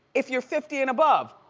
if you're fifty and above,